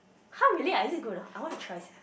!huh! really ah is it good or not I want to try sia